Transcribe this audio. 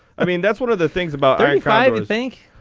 i mean that's one of the things about thirty five i think.